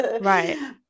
Right